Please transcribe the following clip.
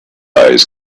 eyes